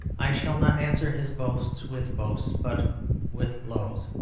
i shall not answer his boasts with boasts but with blows.